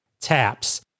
Taps